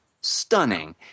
stunning